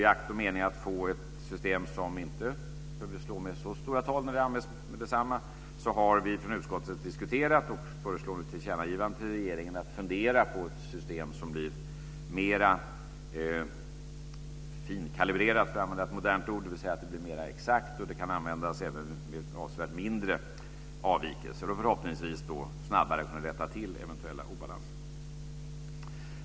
I akt och mening att få ett system som inte behöver slå med så stora tal när det används har vi i utskottet diskuterat, och vi föreslår ett tillkännagivande till regeringen om att man ska fundera på ett system som blir mera finkalibrerat, för att använda ett modernt ord. Dvs. att det blir mera exakt. Det kan då användas även vid avsevärt mindre avvikelser, och förhoppningsvis kan man då snabbare rätta till eventuella obalanser.